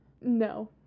no